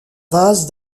vase